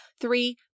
Three